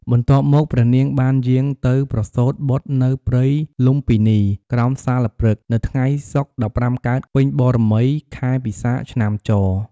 បន្ទាប់មក ព្រះនាងបានយាងទៅប្រសូតបុត្រនៅព្រៃលុម្ពិនី ក្រោមសាលព្រឹក្ស នៅថ្ងៃសុក្រ ១៥ កើតពេញបូណ៌មី ខែពិសាខ ឆ្នាំច។